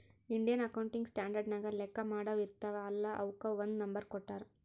Indian accounting standard ನಾಗ್ ಲೆಕ್ಕಾ ಮಾಡಾವ್ ಇರ್ತಾವ ಅಲ್ಲಾ ಅವುಕ್ ಒಂದ್ ನಂಬರ್ ಕೊಟ್ಟಾರ್